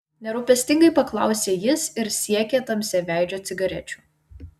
nerūpestingai paklausė jis ir siekė tamsiaveidžio cigarečių